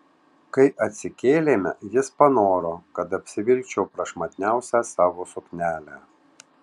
kai atsikėlėme jis panoro kad apsivilkčiau prašmatniausią savo suknelę